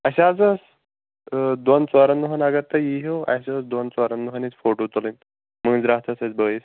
اسہِ حظ ٲسۍ ٲں دوٚن ژورن دۄہن اگر تُہۍ یِیہو اسہِ ٲسۍ دوٚن ژورن دۄہن ییٚتہِ فوٹو تُلٕنۍ مٲنٛزِراتھ ٲسۍ اسہِ بٲیِس